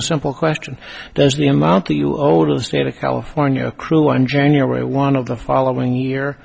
a simple question does the amount that you owe to the state of california accrue on january one of the following year